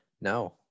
No